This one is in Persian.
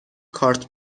کارت